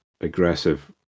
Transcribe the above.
aggressive